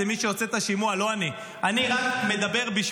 אני לא אענה מפה.